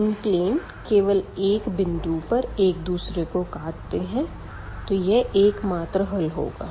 तीन सतह केवल एक बिंदु पर एक दूसरे को काटते हैं तो यह एकमात्र हल होगा